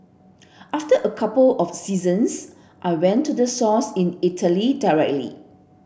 after a couple of seasons I went to the source in Italy directly